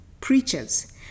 preachers